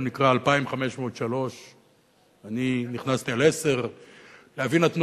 הוא נקרא 2503. אני נכנסתי על 10. לאבי נתנו